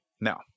Now